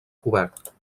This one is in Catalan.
cobert